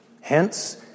Hence